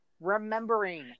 remembering